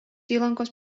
įlankos